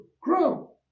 grow